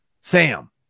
sam